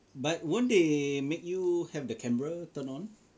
but won't they make you have the camera turn on